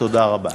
תודה רבה.